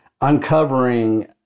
uncovering